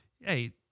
Hey